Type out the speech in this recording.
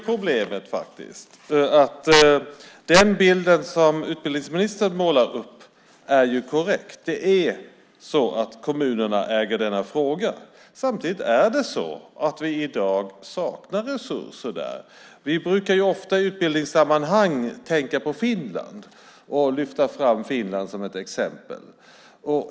Problemet är att den bild som utbildningsministern målar upp är korrekt. Det är så att kommunerna äger denna fråga. Samtidigt är det så att vi i dag saknar resurser där. Vi brukar ofta i utbildningssammanhang tänka på Finland och lyfta fram Finland som ett exempel.